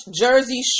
Jersey